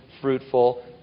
fruitful